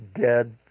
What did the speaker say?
dead